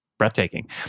breathtaking